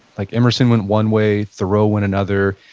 like emerson went one way, thoreau went another.